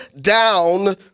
down